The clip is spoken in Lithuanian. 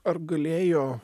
ar galėjo